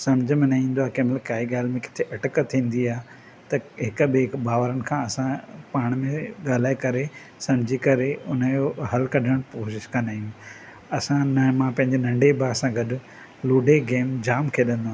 सम्झ में न ईंदो आहे कंहिं महिल काई ॻाल्हि में किथे अटक थींदी आहे त हिक ॿिए भाउरनि खां असां पाण में ॻाल्हाए करे सम्झी करे उन जो हलु कढ़ण कोशिश कंदा आहियूं असां न मां पंहिंजे नंढे भा सां गॾु लूडे गेम जामु खेॾंदो आहियां